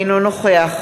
אינו נוכח